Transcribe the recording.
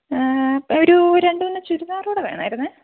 ഒരു രണ്ട് മൂന്ന് ചുരിദാർ കൂടെ വേണമായിരുന്നേ